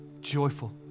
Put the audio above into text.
Joyful